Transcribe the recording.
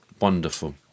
Wonderful